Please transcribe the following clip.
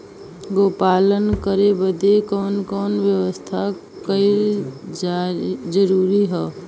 गोपालन करे बदे कवन कवन व्यवस्था कइल जरूरी ह?